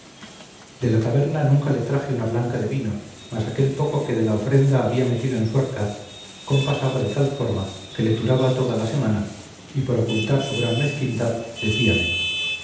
de la taberna nunca le traje una blanca de vino mas aquel poco que de la ofrenda había metido en su arcaz compasaba de tal forma que le turaba toda la semana y por ocultar su gran mezquindad decíame mira